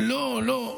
לא, לא.